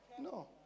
No